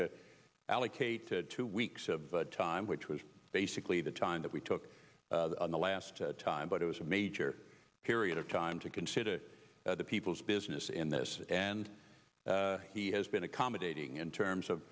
to allocate two weeks of time which was basically the time that we took in the last time but it was a major period of time to consider the people's business in this and he has been accommodating in terms of